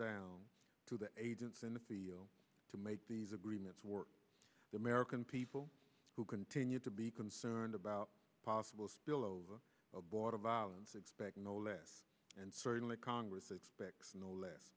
down to the agents in the field to make these agreements work for the american people who continue to be concerned about possible spillover border violence expect no less and certainly congress expects no less